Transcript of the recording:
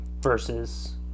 versus